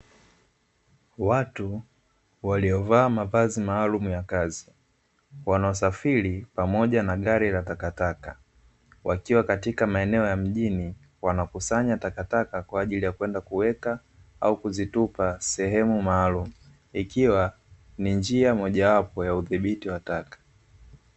Watu waliovaa mavazi maalumu ya kazi wanasafiri pamoja na gari la takataka, wakiwa katika maeneo ya mjini wanakusanya takataka kwa ajili ya kwenda kuweka au kuzitupa sehemu maalumu. Ikiwa ni njia mojawapo ya udhibiti wa taka.